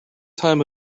time